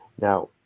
Now